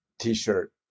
t-shirt